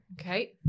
Okay